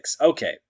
Okay